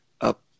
up